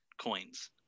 coins